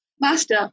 Master